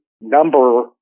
number